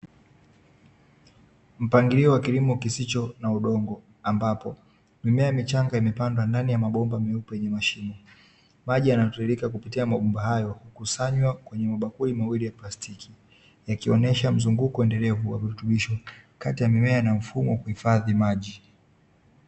Mpangilio wa kilimo kisicho na udongo, ambapo mimea michanga imepandwa ndani ya mabomba meupe yenye mashimo. Maji yanatiririka kupitia mabomba hayo, hukusanywa kwenye mabakuli mawili ya plastiki, yakionyesha mzunguko endelevu wa virutubisho kati ya mimea na mfumo wa kuhifadhi maji.